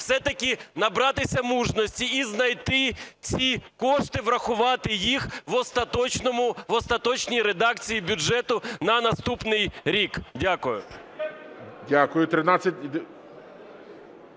все-таки набратися мужності і знайти ці кошти, врахувати їх в остаточній редакції бюджету на наступний рік. Дякую.